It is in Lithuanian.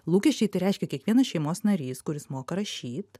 lūkesčiai tai reiškia kiekvienas šeimos narys kuris moka rašyt